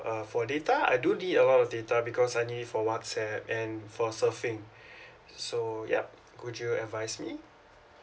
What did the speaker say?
uh for data I do need a lot of data because I need it for whatsapp and for surfing so yup could you advise me